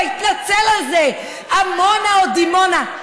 והתנצל על זה: עמונה או דימונה.